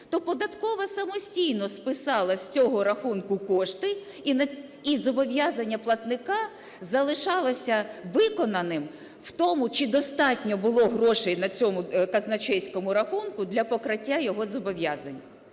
то податкова самостійно списала з цього рахунку кошти, і зобов'язання платника залишалося виконаним в тому, чи достатньо було грошей на цьому казначейському рахунку для покриття його зобов'язань.